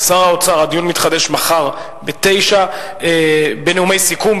שר האוצר, הדיון מתחדש מחר ב-09:00 בנאומי סיכום.